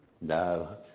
No